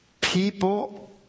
People